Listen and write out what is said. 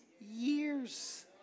years